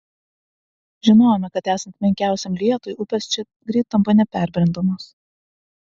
žinojome kad esant menkiausiam lietui upės čia greit tampa neperbrendamos